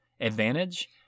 advantage